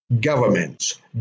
governments